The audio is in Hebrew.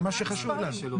זה מה שחשוב לנו.